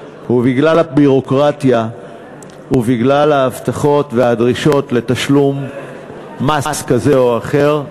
ובגלל הביורוקרטיה ובגלל ההבטחות והדרישות לתשלום מס כזה או אחר,